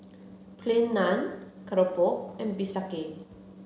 Plain Naan Keropok and Bistake